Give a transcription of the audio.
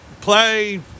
play